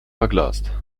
verglast